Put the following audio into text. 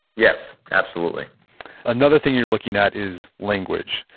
yes, absolutely another thing you're looking at is language,